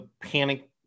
panic